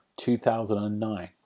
2009